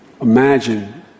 Imagine